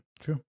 true